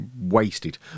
wasted